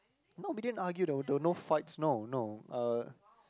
no we didn't argue there were there were no fights no no uh